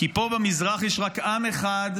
"פה במזרח יש רק עם אחד,